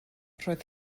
roedd